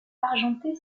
argentée